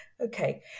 Okay